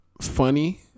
funny